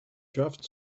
draft